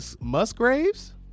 musgraves